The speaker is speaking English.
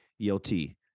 elt